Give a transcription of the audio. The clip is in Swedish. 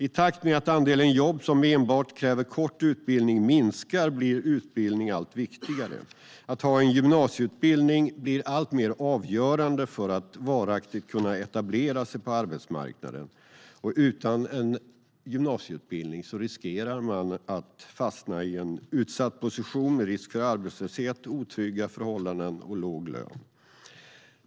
I takt med att andelen jobb som enbart kräver kort utbildning minskar blir utbildning allt viktigare. Att ha en gymnasieutbildning blir alltmer avgörande för att kunna varaktigt etablera sig på arbetsmarknaden. Utan en gymnasieutbildning riskerar man att fastna i en utsatt position med risk för arbetslöshet, otrygga arbetsförhållanden och låg lön.